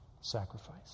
sacrifice